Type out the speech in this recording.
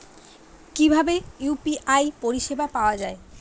কিভাবে ইউ.পি.আই পরিসেবা পাওয়া য়ায়?